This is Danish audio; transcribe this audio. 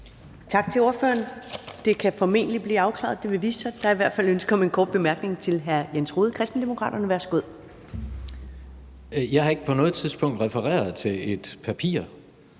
Tak til ordføreren. Det kan formentlig blive afklaret; det vil vise sig. Der er i hvert fald ønske om en kort bemærkning fra hr. Jens Rohde, Kristendemokraterne. Værsgo. Kl. 15:30 Jens Rohde (KD): Jeg har ikke på noget tidspunkt refereret til et papir.